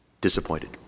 disappointed